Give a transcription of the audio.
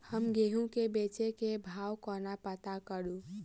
हम गेंहूँ केँ बेचै केँ भाव कोना पत्ता करू?